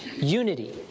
unity